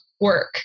work